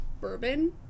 bourbon